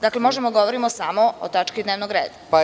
Dakle, možemo da govorimo samo o tački dnevnog reda.